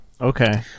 Okay